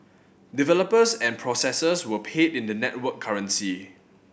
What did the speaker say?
developers and processors were paid in the network currency